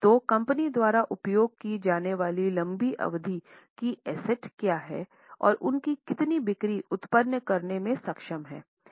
तो कंपनी द्वारा उपयोग की जाने वाली लंबी अवधि की एसेट क्या है और उनकी कितनी बिक्री उत्पन्न करने में सक्षम हैं